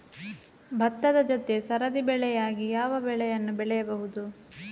ಭತ್ತದ ಜೊತೆ ಸರದಿ ಬೆಳೆಯಾಗಿ ಯಾವ ಬೆಳೆಯನ್ನು ಬೆಳೆಯಬಹುದು?